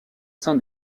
sein